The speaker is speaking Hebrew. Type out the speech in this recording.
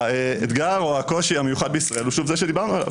האתגר או הקושי המיוחד בישראל הוא שוב זה שדיברנו עליו.